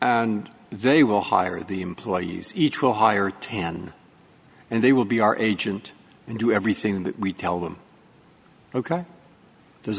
and they will hire the employees each will hire ten and they will be our agent and do everything that we tell them ok there's